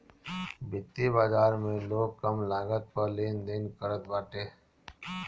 वित्तीय बाजार में लोग कम लागत पअ लेनदेन करत बाटे